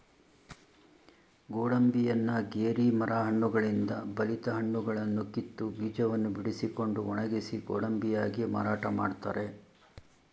ಗೋಡಂಬಿಯನ್ನ ಗೇರಿ ಮರ ಹಣ್ಣುಗಳಿಂದ ಬಲಿತ ಹಣ್ಣುಗಳನ್ನು ಕಿತ್ತು, ಬೀಜವನ್ನು ಬಿಡಿಸಿಕೊಂಡು ಒಣಗಿಸಿ ಗೋಡಂಬಿಯಾಗಿ ಮಾರಾಟ ಮಾಡ್ತರೆ